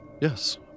Yes